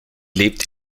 lebt